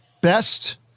Best